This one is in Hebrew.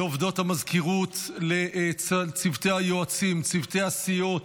לעובדות המזכירות, לצוותי היועצים, לצוותי הסיעות,